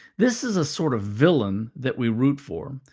this is a sort of villain that we root for.